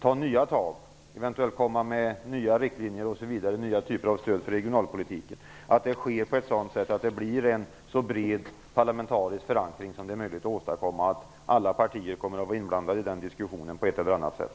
ta nya tag och eventuellt föreslå nya riktlinjer och nya typer av stöd för regionalpolitiken, utgår vi från att det sker på ett sådant sätt att det blir en så bred parlamentarisk förankring som det är möjligt att åstadkomma, dvs. att alla partier kommer att vara inblandade i den diskussionen på ett eller annat sätt.